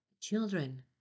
children